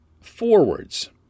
forwards